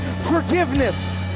forgiveness